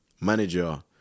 manager